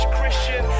Christian